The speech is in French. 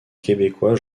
québécois